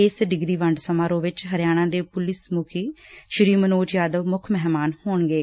ਇਸ ਡਿਗਰੀ ਵੰਡ ਸਮਾਗਮ ਵਿਚ ਹਰਿਆਣਾ ਦੇ ਪੁਲਿਸ ਮੁਖੀ ਸ੍ਰੀ ਮਨੋਜ ਯਾਦਵ ਮੁੱਖ ਮਹਿਮਾਨ ਹੋਣਗੇ